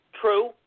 True